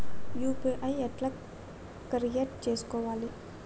UPI ఎట్లా create చేసుకోవాలి?